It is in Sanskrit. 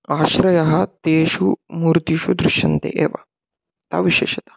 आश्रयः तेषु मूर्तिषु दृश्यन्ते एव ताः विशेषताः